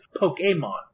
Pokemon